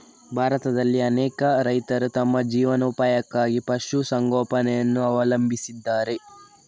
ಭಾರತದಲ್ಲಿ ಅನೇಕ ರೈತರು ತಮ್ಮ ಜೀವನೋಪಾಯಕ್ಕಾಗಿ ಪಶು ಸಂಗೋಪನೆಯನ್ನು ಅವಲಂಬಿಸಿದ್ದಾರೆ